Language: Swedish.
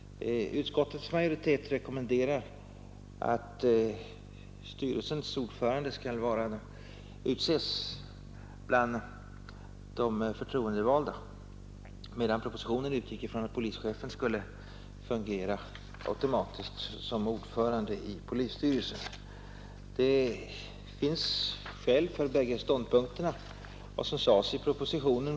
Utskottets majoritet rekommenderar att styrelsens ordförande skall utses bland de förtroendevalda, medan propositionen utgår från att polischefen automatiskt skall fungera som ordförande i polisstyrelsen. Det finns skäl för bägge ståndpunkterna.